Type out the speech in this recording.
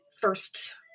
first